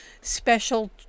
special